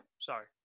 Sorry